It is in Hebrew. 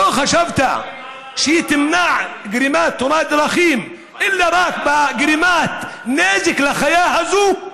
לא חשבת על למנוע גרימת תאונת דרכים אלא רק בגרימת נזק לחיה הזאת?